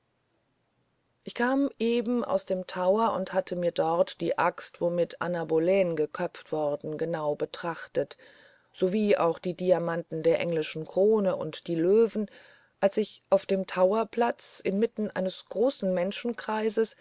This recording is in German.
ich kam eben aus dem tower und hatte mir dort die axt womit anna boleyn geköpft worden genau betrachtet sowie auch die diamanten der englischen krone und die löwen als ich auf dem towerplatze inmitten eines großen